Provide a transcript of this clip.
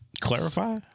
Clarify